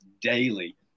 daily